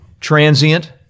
transient